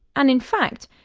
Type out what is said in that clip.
and in fact,